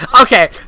Okay